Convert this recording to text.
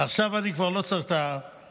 עכשיו אני כבר לא צריך את המזכירות.